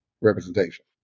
representation